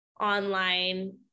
online